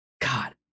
god